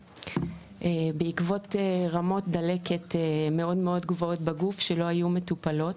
בעקבות רמות דלקת מאוד-מאוד גבוהות בגוף שלא היו מטופלות.